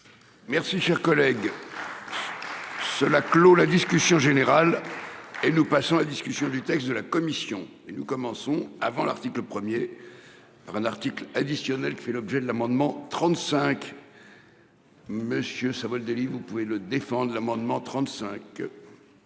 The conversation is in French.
Merci cher collègue. Cela clôt la discussion générale. Et nous passons à la discussion du. Texte de la commission et nous commençons avant l'article 1er. Un article additionnel fait l'objet de l'amendement 35. Monsieur Savoldelli vous pouvez le défendent l'amendement 35.